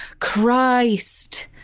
christ,